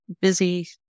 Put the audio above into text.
busy